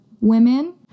women